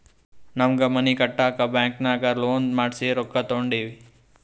ನಮ್ಮ್ಗ್ ಮನಿ ಕಟ್ಟಾಕ್ ಬ್ಯಾಂಕಿನಾಗ ಲೋನ್ ಮಾಡ್ಸಿ ರೊಕ್ಕಾ ತೊಂಡಿವಿ